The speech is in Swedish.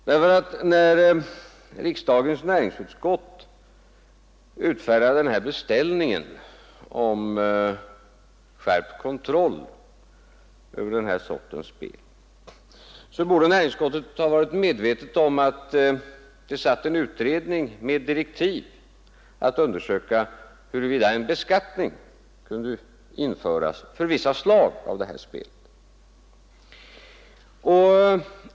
Då riksdagens näringsutskottet utfärdade beställningen om skärpt kontroll över den här sortens spel borde utskottet ha varit medvetet om att det satt en utredning med direktiv att undersöka huruvida en beskattning kunde införas för vissa slag av sådant spel.